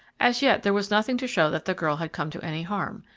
as yet there was nothing to show that the girl had come to any harm.